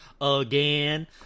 again